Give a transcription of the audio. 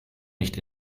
nicht